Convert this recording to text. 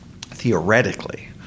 theoretically